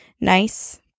nice